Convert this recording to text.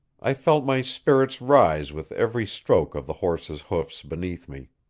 i felt my spirits rise with every stroke of the horse's hoofs beneath me.